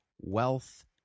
wealth